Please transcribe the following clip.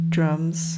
drums